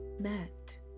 met